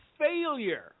failure